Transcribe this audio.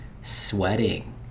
sweating